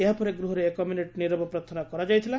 ଏହାପରେ ଗୃହରେ ଏକ ମିନିଟ୍ ନିରବ ପ୍ରାର୍ଥନା କରାଯାଇଥିଲା